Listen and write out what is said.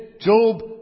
Job